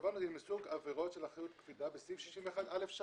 סוג עבירות של אחריות קפידה בסעיף 61(א)(3).